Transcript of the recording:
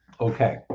Okay